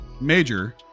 major